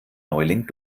neuling